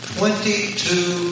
Twenty-two